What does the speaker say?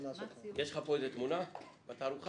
יש לך פה איזו תמונה בתערוכה?